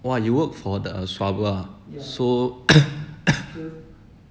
!wah! you work for the uh swabber ah so